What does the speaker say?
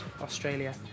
Australia